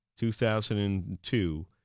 2002